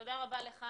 תודה רבה לך,